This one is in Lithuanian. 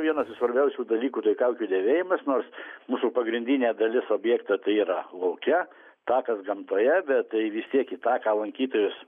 vienas iš svarbiausių dalykų tai kaukių dėvėjimas nors mūsų pagrindinė dalis objekto tai yra lauke takas gamtoje bet tai vis tiek į taką lankytojus